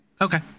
Okay